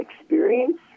experience